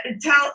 tell